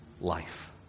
life